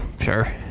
sure